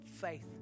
Faith